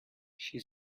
she